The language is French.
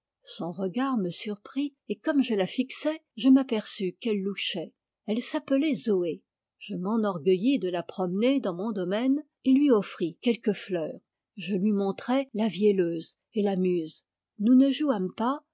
son regard me surprit et comme je la fixais je m'aperçus qu'elle louchait elle s'appelait zoé je m'enorgueillis de la promener dans mon domaine et lui offris quelques fleurs je lui montrai la vielleuse et la muse nous ne jouâmes pas